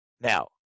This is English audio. now